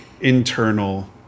internal